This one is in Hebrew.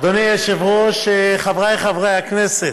אדוני היושב-ראש, חבריי חברי הכנסת,